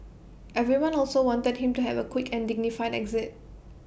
everyone also wanted him to have A quick and dignified exit